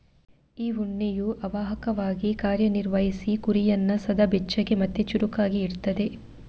ಈ ಉಣ್ಣೆಯು ಅವಾಹಕವಾಗಿ ಕಾರ್ಯ ನಿರ್ವಹಿಸಿ ಕುರಿಯನ್ನ ಸದಾ ಬೆಚ್ಚಗೆ ಮತ್ತೆ ಚುರುಕಾಗಿ ಇಡ್ತದೆ